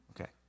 Okay